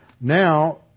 now